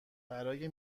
برای